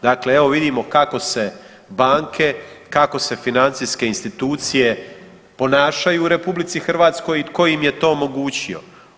Dakle evo vidimo kako se banke, kako se financijske institucije ponašanju u RH i tko im je to omogućio.